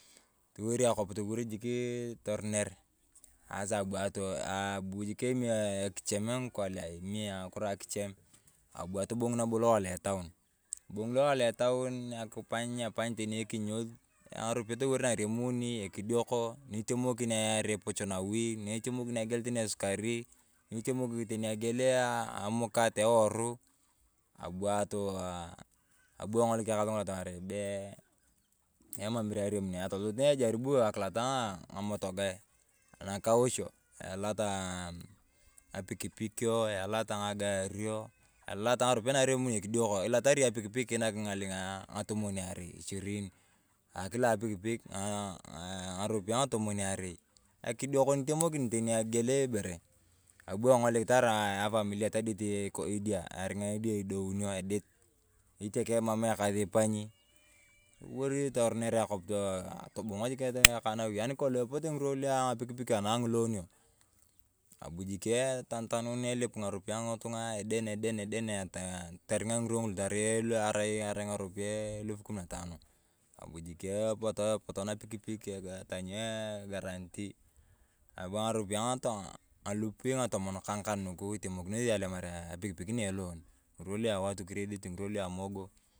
Toliwor akwap, toliwor jikii toruner. Asa abui abu jik eme akichem ngikolea eme ngakiro akichem. Abu atobung’ lowa loetawun. Ataboung’ lowa loa etaun akipany. Epany tani ekinyes ngarupeyae tarau naremuni ekidioko nitemokin ayar epocho nawi. Nitemokin akigel tani esukari nitemokin tani agel aa amukat, ewuro. Abu atooa. Abu engolik ekaas ngol emam ibore aremuni. Atolot ajaribu akilot ng’amotogae anakaaosho. Ekotaa ngapikipikio elot ngagario, elaok agarupiaye nariemuni ekidioko. Elotari iyong apikpik kinakinae ngaling’a atomoniarei ishirini. Kila apikpik ngarupiaye atomoniarei. Akidiokol nitiemokin teni akigel ibore. Abu engolik tarai afa milia todet idia. Aring’ia idia idounio edit itokeng emam ekaas ipanyi toliwor toroner akwap aaa atabong’ jik nawi. Anikolong epote ngirwa lua ngapikipikio ana ngi lonio abu jik atanitanun alipu ngarupiayr angitu ng’a eden eden eden ataaa toring’a ngiraka ngulu erai ngarupiaye elfu kumi na tano, abu jikia epoto napikpik atanyu agarantii kaa ngakaa nuku itemokinosi alemare apikpik ne elon ngirwa lua watu kredit, ngirwa lua mogo.